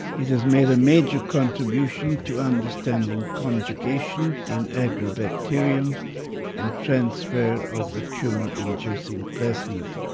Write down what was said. it has made a major contribution to understanding conjugation in agrobacterium and transfer of the tumour inducing plasmid